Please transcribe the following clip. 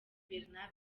bernabe